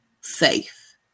safe